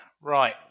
Right